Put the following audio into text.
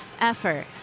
effort